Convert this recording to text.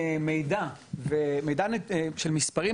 מידע של מספרים,